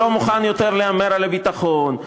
שלא מוכן יותר להמר על הביטחון,